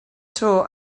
tour